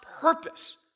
purpose